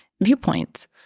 viewpoints